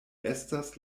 estas